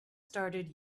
started